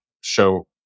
show